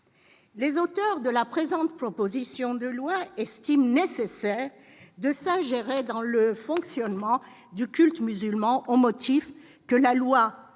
Les auteurs de la présente proposition de loi estiment nécessaire de s'ingérer dans le fonctionnement du culte musulman, au motif que la loi de